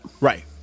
Right